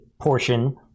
portion